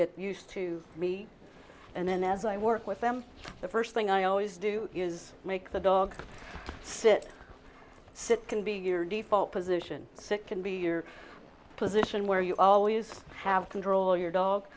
get used to me and then as i work with them the first thing i always do is make the dog sit sit can be your default position sick can be your position where you always have control your dog